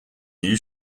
new